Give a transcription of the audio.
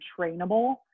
trainable